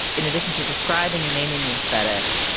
in addition to describing a naming the aesthetic.